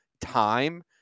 time